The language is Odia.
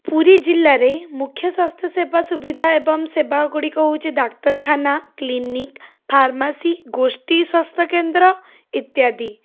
ପୁରୀ ଜିଲ୍ଲାରେ ମୁଖ୍ୟ ସ୍ୱାସ୍ଥ୍ୟ ସେବା ସୁବିଧା ଏବଂ ସେବା ଗୁଡ଼ିକ ହେଉଛି ଡାକ୍ତରଖାନା କ୍ଲିନିକ୍ ଫାର୍ମାସି ଗୋଷ୍ଠୀ ସ୍ୱାସ୍ଥ୍ୟକେନ୍ଦ୍ର ଇତ୍ୟାଦି